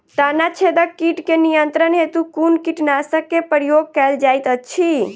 तना छेदक कीट केँ नियंत्रण हेतु कुन कीटनासक केँ प्रयोग कैल जाइत अछि?